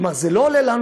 כלומר זה לא עולה לנו,